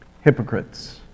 Hypocrites